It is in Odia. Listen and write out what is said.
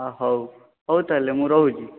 ଅ ହଉ ହଉ ତାହେଲେ ମୁଁ ରହୁଛି